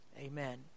Amen